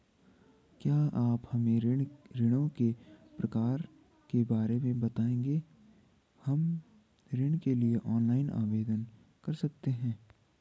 क्या आप हमें ऋणों के प्रकार के बारे में बताएँगे हम ऋण के लिए ऑनलाइन आवेदन कर सकते हैं?